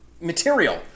material